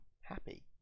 happy